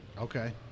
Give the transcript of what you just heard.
okay